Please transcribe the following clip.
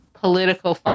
political